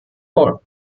voll